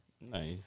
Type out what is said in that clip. Nice